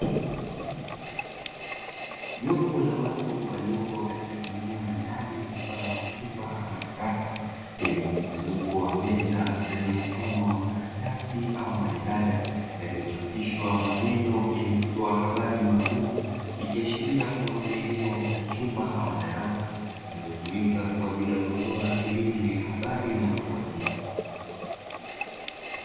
Jopo la watu waliopo katika eneo la ndani mfano wa chumba au darasa lenye mkusanyiko wa meza yenye mfano wa makaratasi au majalada yaliyochapishwa maneno yenye kutoa habari maalumu yakionyesha kuwa ni eneo la chumba ama darasa linalotumika kwa ajili ya habari na elimu ya watu wazima.